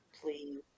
Please